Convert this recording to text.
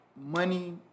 money